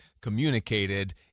communicated